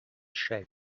shape